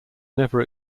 never